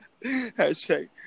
Hashtag